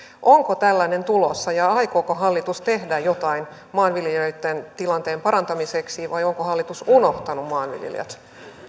onko tällainen tulossa ja ja aikooko hallitus tehdä jotain maanviljelijöitten tilanteen parantamiseksi vai onko hallitus unohtanut maanviljelijät